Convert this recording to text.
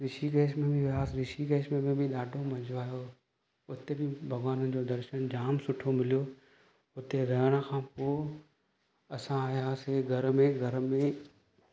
ऋषिकेश में बि वियासीं ऋषिकेश में बि ॾाढो मज़ो आहियो उते बि भॻवान जो दर्शन जाम सुठो मिलियो उते रहण खां पोइ असां आहियासीं घर में घर में